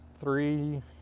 three